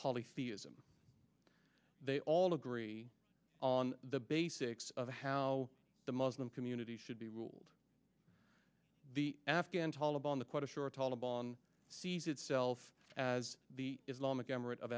polytheism they all agree on the basics of how the muslim community should be ruled by the afghan taliban the quite a shortfall of on sees itself as the islamic emirate of